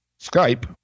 Skype